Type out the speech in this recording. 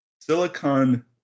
Silicon